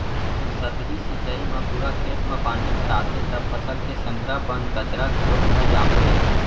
सतही सिंचई म पूरा खेत म पानी भराथे त फसल के संघरा बन कचरा घलोक ह जामथे